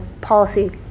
policy